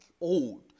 old